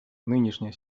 нынешняя